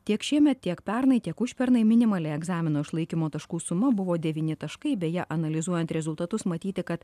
tiek šiemet tiek pernai tiek užpernai minimali egzamino išlaikymo taškų suma buvo devyni taškai beje analizuojant rezultatus matyti kad